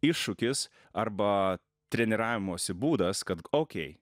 iššūkis arba treniravimosi būdas kad okei